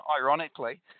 ironically